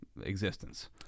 existence